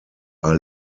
are